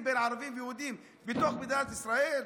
בין ערבים ויהודים בתוך מדינת ישראל?